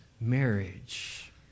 marriage